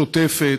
שוטפת,